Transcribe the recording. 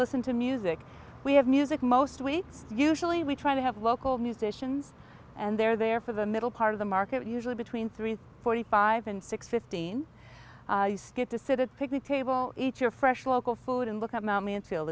listen to music we have music most we usually we try to have local musicians and they're there for the middle part of the market usually between three forty five and six fifteen get to sit at picnic table each year fresh local food and look at mommy and feel